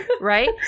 right